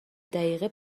دقیقه